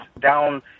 down